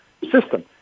system